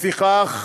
לפיכך,